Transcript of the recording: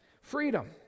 Freedom